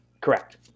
Correct